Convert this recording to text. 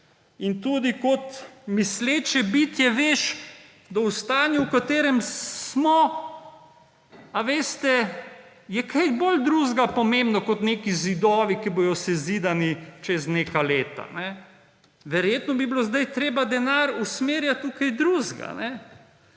to. Tudi kot misleče bitje veš, da v stanju, v katerem smo, ali veste, je kaj bolj drugega pomembno kot neki zidovi, ki bodo sezidani čez neka leta. Verjetno bi bilo treba sedaj denar usmerjati v kaj drugega.